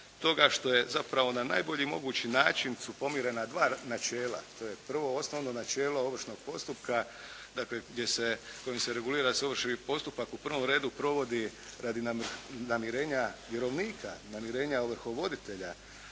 toga što je zapravo na najbolji mogući način su pomirena dva načela. To je prvo i osnovno načelo ovršnog postupka kojim se regulira da se ovršni postupak u prvom redu provodi radi namirenja vjerovnika, namirenja ovrhovoditelja,